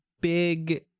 big